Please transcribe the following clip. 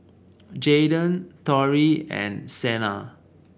Jaiden Torrie and Sena